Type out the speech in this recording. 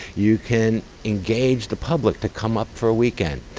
you can engage the public to come up for a weekend.